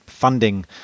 funding